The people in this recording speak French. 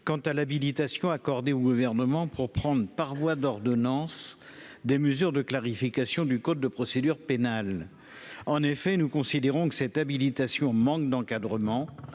quant à l'habilitation accordée au Gouvernement pour prendre, par voie d'ordonnance, des mesures de clarification du code de procédure pénale. En effet, nous considérons que cette habilitation manque d'encadrement.